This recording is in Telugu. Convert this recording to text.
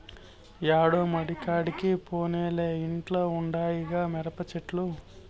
యాడో మడికాడికి పోనేలే ఇంట్ల ఉండాయిగా మిరపచెట్లు